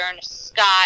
Scott